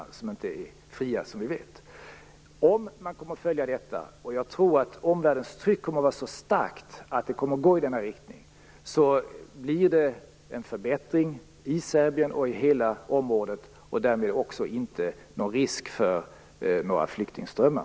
De är ju inte fria. Om man följer detta, och jag tror att omvärldens tryck kommer att vara så starkt att det går i den riktningen, blir det en förbättring i Serbien och i hela området och därmed ingen risk för flyktingströmmar.